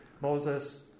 Moses